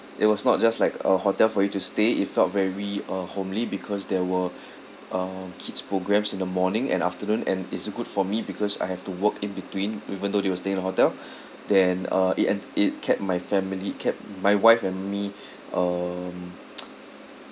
it was not just like a hotel for you to stay it felt very uh homely because there were uh kids' programmes in the morning and afternoon and it's good for me because I have to work in between even though they were staying in the hotel then uh it and it kept my family kept my wife and me um